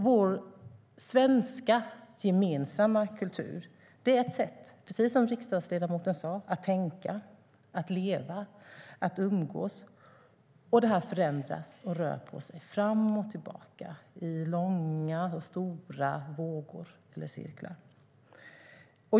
Vår svenska gemensamma kultur är, precis som riksdagsledamoten sa, ett sätt att tänka, leva och umgås, och det här förändras och rör på sig fram och tillbaka i långa och stora vågor eller cirklar.